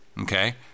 okay